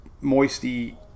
moisty